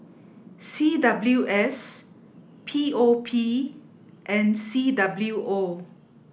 C W S P O P and C W O